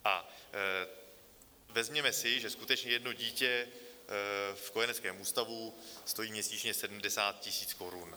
A vezměme si, že skutečně jedno dítě v kojeneckém ústavu stojí měsíčně 70 tisíc korun.